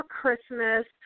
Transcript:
Christmas